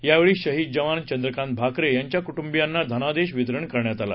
यावेळी शहीद जवान चंद्रकांत भाकरे यांच्या कुटूंबीयांना धनादेश वितरण करण्यात आला